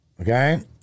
Okay